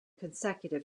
consecutive